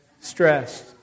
Stressed